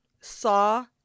saw